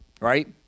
right